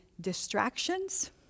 distractions